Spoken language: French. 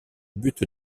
but